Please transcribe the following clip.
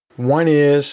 one is